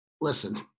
listen